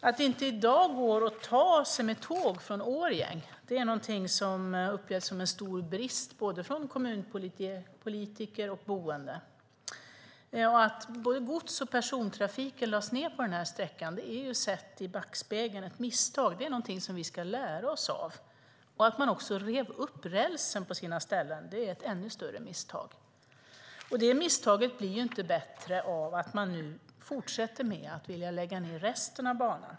Att det i dag inte går att ta sig med tåg från Årjäng är någonting som upplevs som en stor brist från både kommunpolitiker och boende. Att både gods och persontrafik lades ned på den här sträckan är, sett i backspegeln, ett stort misstag och någonting som vi ska lära oss av. Att man rev upp rälsen på sina ställen är ett ännu större misstag. Det misstaget blir inte bättre av att man fortsätter med att vilja lägga ned resten av banan.